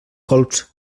colps